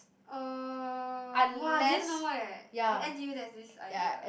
oh !wah! then know eh in n_t_u there is this idea